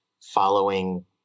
following